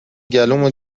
گلومو